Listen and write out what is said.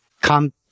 come